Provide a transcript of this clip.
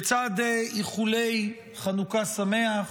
בצד איחולי חנוכה שמח